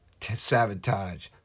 sabotage